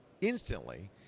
instantly